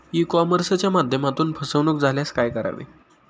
E कॉमर्सच्या माध्यमातून फसवणूक झाल्यास काय करावे?